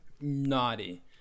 Naughty